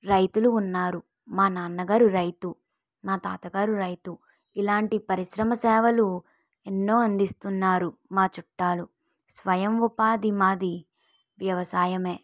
రైతులు ఉన్నారు మా నాన్నగారు రైతు మా తాతగారు రైతు ఇలాంటి పరిశ్రమ సేవలు ఎన్నో అందిస్తున్నారు మా చుట్టాలు స్వయం ఉపాధి మాది వ్యవసాయం